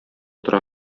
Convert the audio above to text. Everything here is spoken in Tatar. тора